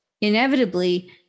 Inevitably